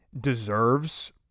deserves